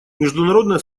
международное